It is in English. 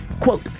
quote